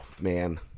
man